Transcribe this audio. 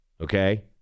okay